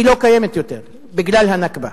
היא לא קיימת יותר בגלל ה"נכבה".